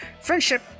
friendship